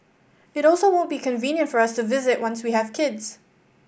it also won't be convenient for us to visit once we have kids